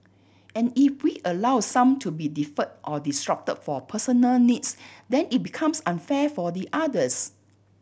and if we allow some to be deferred or disrupted for personal needs then it becomes unfair for the others